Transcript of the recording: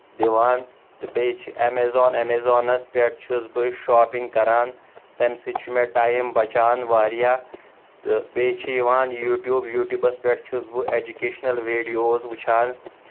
دِوان تہٕ بیٚیہِ چھِ ایمیزان ایمیزانَس پٮ۪ٹھ چھُس بہٕ شاپَنٛگ کران تَمہِ سۭتۍ چھُ مےٚ ٹایِم بَچان واریاہ تہٕ بیٚیہِ چھُ یِوان یوٹیوٗب یوٹیوٗبَس پٮ۪ٹھ چھُس بہٕ ایجوٗکیشنل ویٖڈیوز وٕچھان